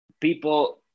people